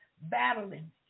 battling